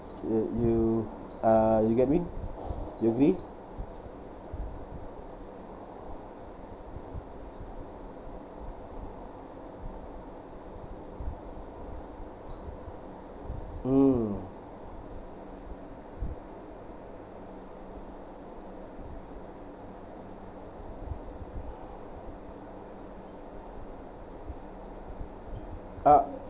you you uh you get I mean do you agree mm ah